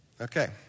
Okay